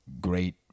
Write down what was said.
great